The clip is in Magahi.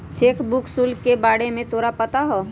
चेक बुक शुल्क के बारे में तोरा पता हवा?